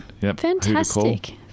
Fantastic